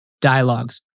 dialogues